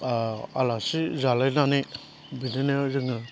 आलासि जालायनानै बिदिनो जोङो